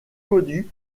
connu